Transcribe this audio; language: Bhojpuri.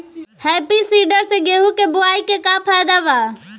हैप्पी सीडर से गेहूं बोआई के का फायदा बा?